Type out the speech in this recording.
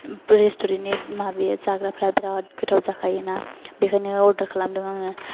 restaurant नि माबाया जाग्राफोरा बिराद गोथाव जाखायो ना बेनिखायनो अर्दार खालामदों आङो